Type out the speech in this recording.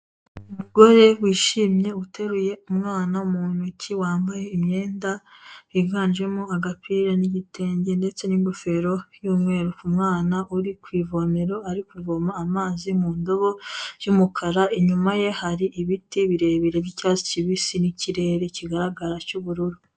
Mugore wishimye uteruye umwana mu ntoki wambaye imyenda, higanjemo agapira n'igitenge ndetse n'ingofero y'umweru, umwana uri ku ivomero ari kuvoma amazi mu ndobo y'umukara, inyuma ye hari ibiti birebire by'icyatsi kibisi n'ikirere kigaragara cy'ubururu.